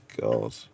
God